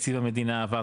ותקציב המדינה עבר,